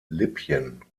libyen